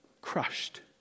crushed